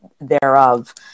thereof